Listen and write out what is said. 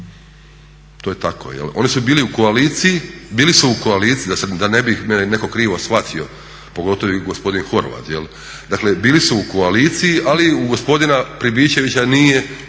To je tako. Oni su bili u koaliciji, da ne bi me netko krivo shvatio, pogotovo gospodin Horvat, dakle bili su u koaliciji ali u gospodina Pribičevića nije